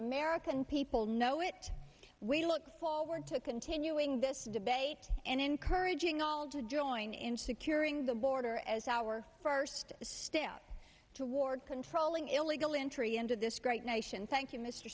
american people know it we look forward to continuing this debate and encouraging all to join in securing the border as our first step toward controlling illegal entry into this great nation thank